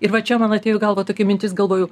ir va čia man atėjo į galvą tokia mintis galvojau